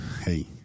Hey